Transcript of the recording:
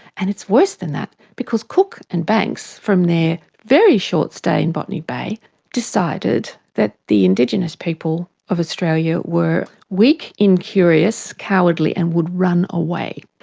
and it's worse than that because cook and banks from their very short stay in botany bay decided that the indigenous people of australia were weak, incurious, cowardly and would run away.